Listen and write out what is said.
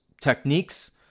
techniques